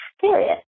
Period